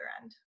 end